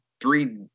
three –